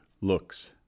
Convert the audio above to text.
looks